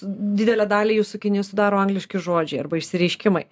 didelę dalį jų sakinių sudaro angliški žodžiai arba išsireiškimai